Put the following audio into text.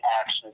action